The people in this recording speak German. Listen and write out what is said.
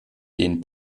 den